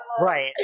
Right